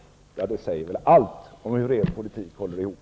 Det här säger väl allt om hur Socialdemokraternas politik håller ihop.